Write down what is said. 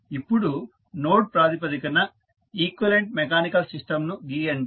ఇప్పుడు నోడ్ ప్రాతిపదికన equivalent mechanical సిస్టంను గీయండి